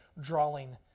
drawing